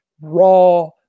raw